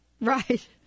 Right